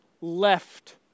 left